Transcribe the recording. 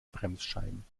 bremsscheiben